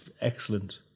Excellent